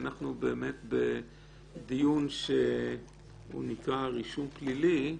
אנחנו בדיון שנקרא "רישום פלילי",